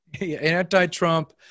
anti-Trump